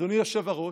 אדוני היושב-ראש,